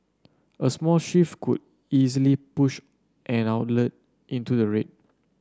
a small shift could easily push an outlet into the red